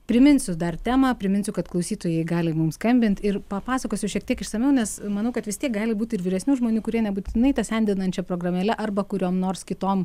priminsiu dar temą priminsiu kad klausytojai gali mums skambint ir papasakosiu šiek tiek išsamiau nes manau kad vis tiek gali būti ir vyresnių žmonių kurie nebūtinai ta sendinančia programėle arba kuriom nors kitom